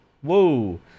whoa